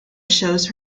shows